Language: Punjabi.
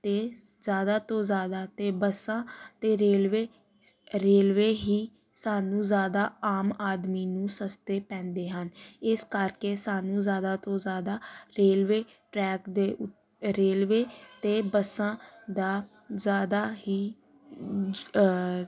ਅਤੇ ਜ਼ਿਆਦਾ ਤੋਂ ਜ਼ਿਆਦਾ ਅਤੇ ਬੱਸਾਂ ਅਤੇ ਰੇਲਵੇ ਰੇਲਵੇ ਹੀ ਸਾਨੂੰ ਜ਼ਿਆਦਾ ਆਮ ਆਦਮੀ ਨੂੰ ਸਸਤੇ ਪੈਂਦੇ ਹਨ ਇਸ ਕਰਕੇ ਸਾਨੂੰ ਜ਼ਿਆਦਾ ਤੋਂ ਜ਼ਿਆਦਾ ਰੇਲਵੇ ਟਰੈਕ ਦੇ ਉ ਰੇਲਵੇ ਅਤੇ ਬੱਸਾਂ ਦਾ ਜ਼ਿਆਦਾ ਹੀ